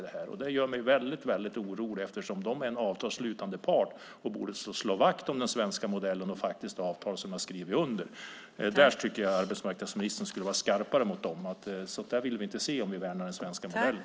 Det gör mig väldigt orolig, eftersom de är en avtalsslutande part och borde slå vakt om den svenska modellen och avtal som de har skrivit under. Där tycker jag att arbetsmarknadsministern skulle vara skarpare mot dem. Sådant där vill vi inte se om vi värnar den svenska modellen.